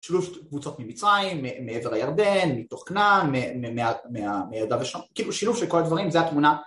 שילוב קבוצות ממצרים, מעבר הירדן, מתוך כנען, מיהודה ושומרון... כאילו שילוב של כל הדברים, זו התמונה